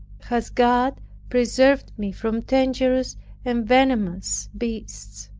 has god preserved me from dangerous and venomous beasts!